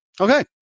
Okay